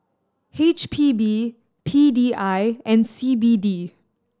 H P B P D I and C B D